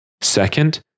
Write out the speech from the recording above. Second